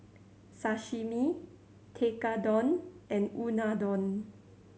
Sashimi Tekkadon and Unadon